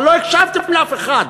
אבל לא הקשבתם לאף אחד.